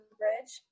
bridge